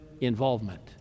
involvement